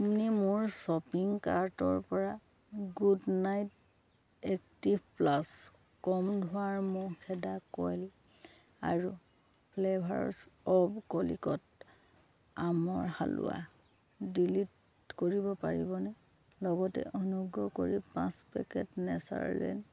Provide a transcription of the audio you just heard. আপুনি মোৰ শ্বপিং কাৰ্টৰ পৰা গুড নাইট এক্টিভ প্লাছ কম ধোঁৱাৰ মহ খেদা কইল আৰু ফ্লেভাৰছ অৱ কলিকট আমৰ হালোৱা ডিলিট কৰিব পাৰিবনে লগতে অনুগ্ৰহ কৰি পাঁচ পেকেট নেচাৰলেণ্ড